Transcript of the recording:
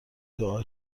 دعا